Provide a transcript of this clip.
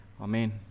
Amen